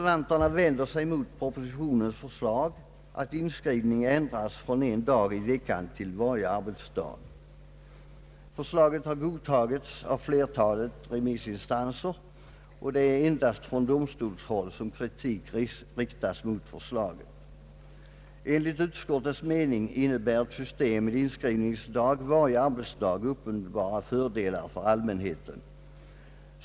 vanterna mot propositionens förslag att inskrivning ändras från en dag i veckan till varje arbetsdag. Förslaget har godtagits av flertalet remissinstanser. Det är endast från domstolshåll som kritik riktats mot förslaget. Enligt utskottets mening innebär ett system med inskrivning varje arbetsdag uppenbara fördelar för allmänheten.